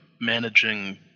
managing